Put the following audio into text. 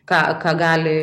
ką ką gali